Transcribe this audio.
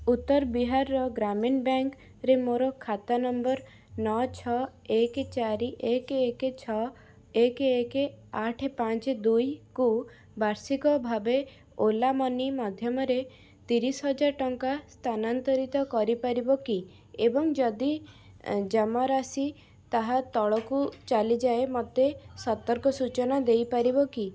ଉତ୍ତର ବିହାରର ଗ୍ରାମୀଣ ବ୍ୟାଙ୍କ୍ରେ ମୋର ଖାତା ନମ୍ବର ନଅ ଛଅ ଏକ ଚାରି ଏକ ଏକ ଛଅ ଏକ ଏକ ଆଠ ପାଞ୍ଚ ଦୁଇକୁ ବାର୍ଷିକ ଭାବରେ ଓଲା ମନି ମାଧ୍ୟମରେ ତିରିଶ ହଜାର ଟଙ୍କା ସ୍ଥାନାନ୍ତରିତ କରିପାରିବ କି ଏବଂ ଯଦି ଜମାରାଶି ତାହା ତଳକୁ ଚାଲିଯାଏ ମୋତେ ଏକ ସତର୍କ ସୂଚନା ଦେଇ ପାରିବ କି